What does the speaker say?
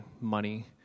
money